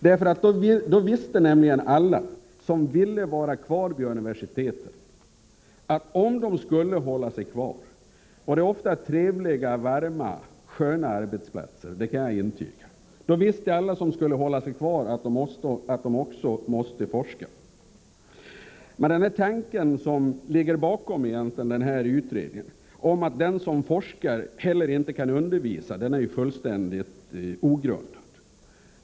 Därmed skulle alla de som vill vara kvar vid universiteten — det är ofta trevliga, varma och sköna arbetsplatser, det kan jag intyga — veta att de också måste forska. Den tanke som ligger bakom utredningen, att den som forskar inte kan undervisa, är fullständigt ogrundad.